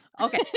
Okay